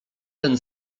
ten